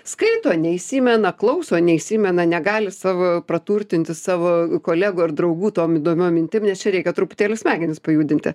skaito neįsimena klauso neįsimena negali savo praturtinti savo kolegų ar draugų tom įdomiom mintim nes čia reikia truputėlį smegenis pajudinti